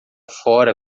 fora